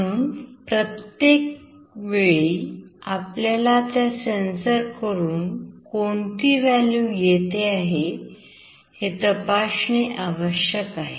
म्हणून प्रत्येक वेळी आपल्याला त्या sensor कडून कोणती व्हॅल्यू येते आहे हे तपासणे आवश्यक आहे